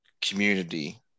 community